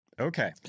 Okay